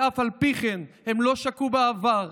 ואף על פי כן הם לא שקעו בעבר.